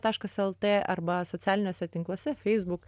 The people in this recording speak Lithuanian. taškas lt arba socialiniuose tinkluose facebook